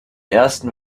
ersten